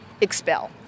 expel